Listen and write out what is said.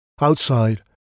Outside